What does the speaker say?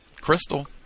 Crystal